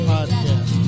Podcast